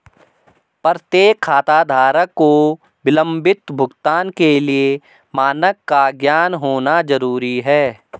प्रत्येक खाताधारक को विलंबित भुगतान के लिए मानक का ज्ञान होना जरूरी है